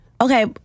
Okay